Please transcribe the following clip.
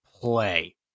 play